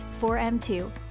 4M2